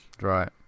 right